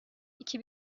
iki